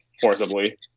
forcibly